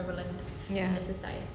ya